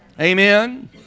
Amen